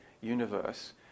universe